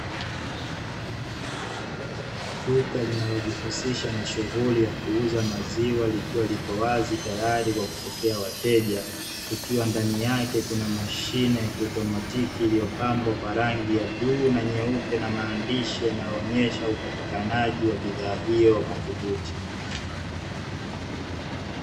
Duka linalojihusisha na shughuli ya kuuza maziwa likiwa lipo wazi tayari kwa kupokea wateja, kukiwa ndani yake kuna mashine ya kiautomotiki iliyopambwa kwa rangi ya bluu na nyeupe na maandishi yanayoonesha upatikanaji wa bidhaa hio madhubuti.